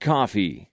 Coffee